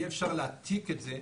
אי אפשר להעתיק את זה,